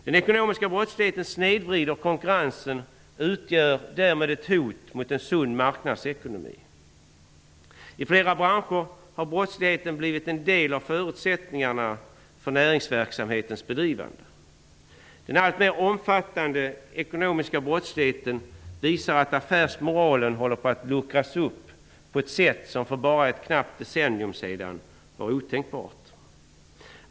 Den ekonomiska brottsligheten snedvrider konkurrensen och utgör därmed ett hot mot en sund marknadsekonomi. I flera branscher har brottsligheten blivit en del av förutsättningarna för näringsverksamhetens bedrivande. Den alltmer omfattande ekonomiska brottsligheten visar att affärsmoralen håller på att luckras upp på ett sätt som bara för ett knappt decennium sedan var otänkbart.